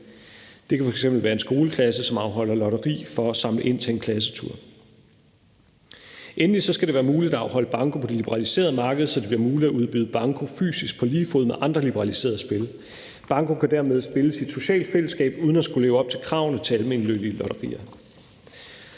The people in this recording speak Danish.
Det kan f.eks. være en skoleklasse, som afholder lotteri for at samle ind til en klassetur. Endelig skal det være muligt at afholde bankospil på det liberaliserede marked, så det bliver muligt at udbyde banko fysisk på lige fod med andre liberaliserede spil. Banko kan dermed spilles i et socialt fællesskab, uden at man skal leve op til kravene til almennyttige lotterier.